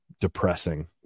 depressing